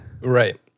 right